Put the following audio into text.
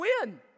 win